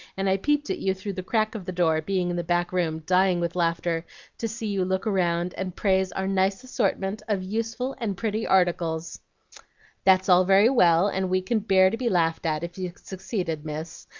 and i peeped at you through the crack of the door, being in the back room dying with laughter to see you look round, and praise our nice assortment of useful and pretty articles that's all very well, and we can bear to be laughed at if you succeeded, miss.